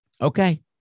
Okay